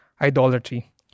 idolatry